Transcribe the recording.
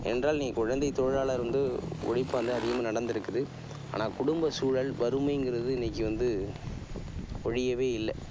ஏனென்றால் குழந்தை தொழிலாளர் வந்து ஒழிப்பு வந்து அதிகமாக நடந்திருக்குது ஆனால் குடும்பச் சூழல் வறுமைங்கிறது இன்னிக்கி வந்து ஒழியவே இல்லை